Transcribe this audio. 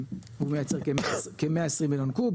והוא מייצר כ-120 מיליון קוב,